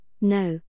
No